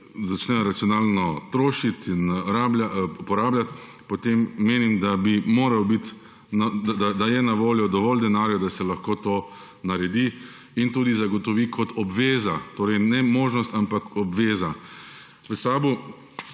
začnejo racionalno trošiti in porabljati, potem menim, da bi moral biti, da je na voljo dovolj denarja, da se lahko to naredi in tudi zagotovi kot obveza, torej ne možnost, ampak obveza. V SAB